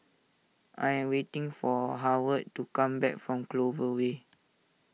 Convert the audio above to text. I am waiting for Howard to come back from Clover Way